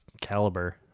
caliber